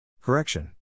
Correction